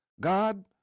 God